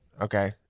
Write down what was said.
okay